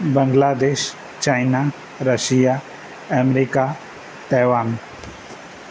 बंगला देश China Russia America Taiwan